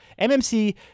MMC